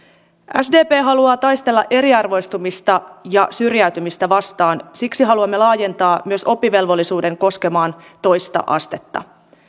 sdp haluaa taistella eriarvoistumista ja syrjäytymistä vastaan ja siksi haluamme laajentaa oppivelvollisuuden koskemaan myös toista astetta